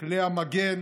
כלי המגן,